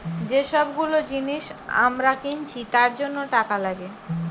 যে সব গুলো জিনিস আমরা কিনছি তার জন্য টাকা লাগে